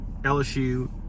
LSU